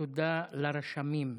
תודה לרשמים.